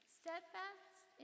steadfast